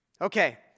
Okay